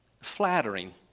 flattering